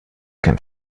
kein